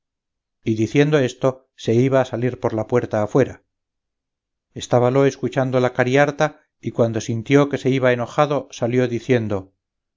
y diciendo esto se iba a salir por la puerta afuera estábalo escuchando la cariharta y cuando sintió que se iba enojado salió diciendo